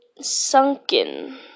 sunken